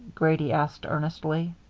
grady asked earnestly.